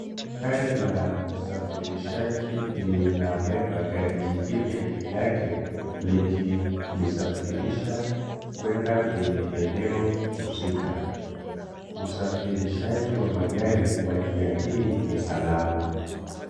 Gari la usafirishaji linabeba gari jingine juu yake likilisafirisha kwenda kwenye eneo husika. Usafirishaji wa magari kwa njia hii ni salama.